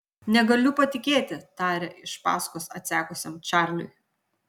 negaliu patikėti tarė iš paskos atsekusiam čarliui